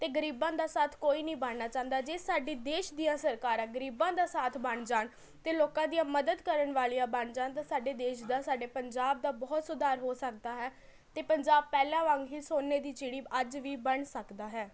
ਅਤੇ ਗਰੀਬਾਂ ਦਾ ਸਾਥ ਕੋਈ ਨਹੀਂ ਬਣਨਾ ਚਾਹੁੰਦਾ ਜੇ ਸਾਡੇ ਦੇਸ਼ ਦੀਆਂ ਸਰਕਾਰਾਂ ਗਰੀਬਾਂ ਦਾ ਸਾਥ ਬਣ ਜਾਣ ਅਤੇ ਲੋਕਾਂ ਦੀਆਂ ਮਦਦ ਕਰਨ ਵਾਲੀਆਂ ਬਣ ਜਾਣ ਤਾਂ ਸਾਡੇ ਦੇਸ਼ ਦਾ ਸਾਡੇ ਪੰਜਾਬ ਦਾ ਬਹੁਤ ਸੁਧਾਰ ਹੋ ਸਕਦਾ ਹੈ ਅਤੇ ਪੰਜਾਬ ਪਹਿਲਾਂ ਵਾਂਗ ਹੀ ਸੋਨੇ ਦੀ ਚਿੜੀ ਅੱਜ ਵੀ ਬਣ ਸਕਦਾ ਹੈ